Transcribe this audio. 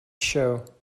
show